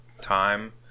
time